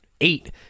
eight